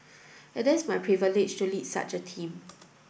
it is my privilege to lead such a team